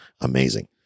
Amazing